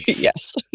Yes